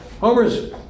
Homer's